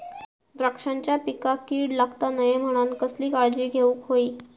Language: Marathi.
द्राक्षांच्या पिकांक कीड लागता नये म्हणान कसली काळजी घेऊक होई?